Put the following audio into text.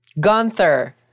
Gunther